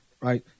Right